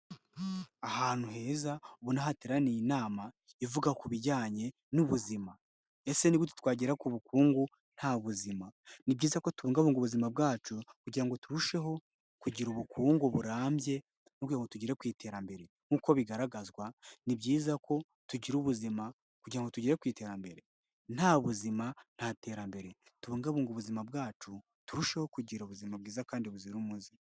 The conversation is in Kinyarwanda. Ahantu heza ubona hateraniye inama ivuga ku bijyanye n'ubuzima, ese ni gute twagera ku bukungu nta buzima? ni byiza ko tubungabunga ubuzima bwacu kugira ngo turusheho kugira ubukungu burambye n'urwego tugire ku iterambere nk'uko bigaragazwa ni byiza ko tugira ubuzima kugira ngo tugere ku iterambere, nta buzima nta terambere ribungabunga ubuzima bwacu turusheho kugira ubuzima bwiza kandi buzira umuze.